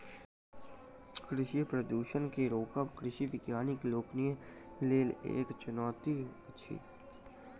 कृषि प्रदूषण के रोकब कृषि वैज्ञानिक लोकनिक लेल एक चुनौती अछि